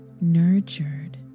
nurtured